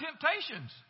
temptations